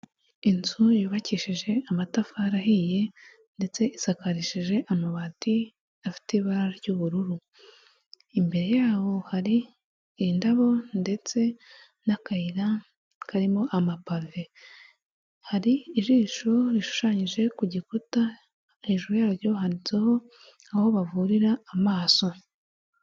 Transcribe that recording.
Inzu yubakishije amatafari ahiye ndetse isakarishije amabati afite ibara ry'ubururu, imbere yabo hari indabo ndetse n'akayira karimo amapave, hari ijisho rishushanyije ku gikuta hejuru yaryo handitseho aho bavurira amaso.